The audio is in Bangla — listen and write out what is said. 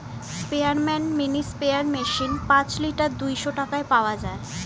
স্পেয়ারম্যান মিনি স্প্রেয়ার মেশিন পাঁচ লিটার দুইশো টাকায় পাওয়া যায়